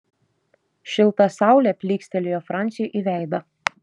šilta saulė plykstelėjo franciui į veidą